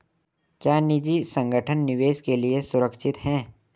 क्या निजी संगठन निवेश के लिए सुरक्षित हैं?